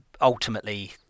ultimately